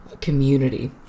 community